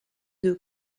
deux